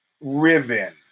riven